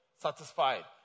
satisfied